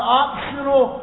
optional